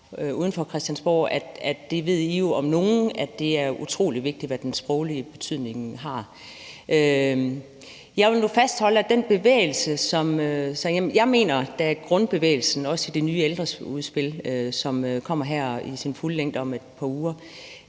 uden for Christiansborg, ved I jo om nogen, at det sproglige er utrolig vigtigt. Jeg vil nu fastholde, at den bevægelse, som jeg mener er grundbevægelsen, også i det nye ældreudspil, som kommer her i sin fulde længde om et par uger,